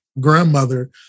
grandmother